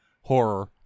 horror